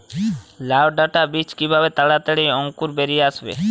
লাউ ডাটা বীজ কিভাবে তাড়াতাড়ি অঙ্কুর বেরিয়ে আসবে?